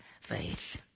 faith